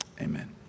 Amen